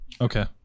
okay